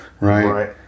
Right